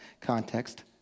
context